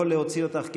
לא יכול להוציא אותך,